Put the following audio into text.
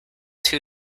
two